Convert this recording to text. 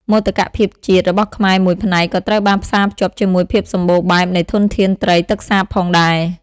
មោទកភាពជាតិ របស់ខ្មែរមួយផ្នែកក៏ត្រូវបានផ្សារភ្ជាប់ជាមួយភាពសម្បូរបែបនៃធនធានត្រីទឹកសាបផងដែរ។